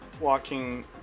walking